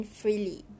freely